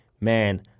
man